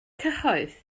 cyhoedd